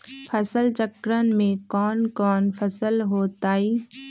फसल चक्रण में कौन कौन फसल हो ताई?